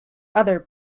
other